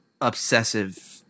obsessive